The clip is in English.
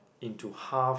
into half